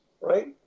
right